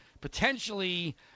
potentially